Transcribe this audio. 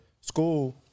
school